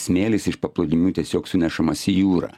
smėlis iš paplūdimių tiesiog sunešamas į jūrą